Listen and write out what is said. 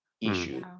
issue